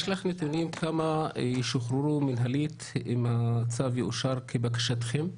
יש לך נתונים כמה ישוחררו מינהלית אם הצו יאושר כבקשתכם?